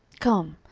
come,